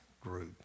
group